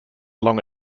along